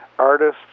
Artists